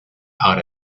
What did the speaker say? out